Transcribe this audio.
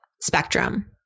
spectrum